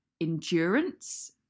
endurance